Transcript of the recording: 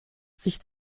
sich